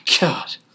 God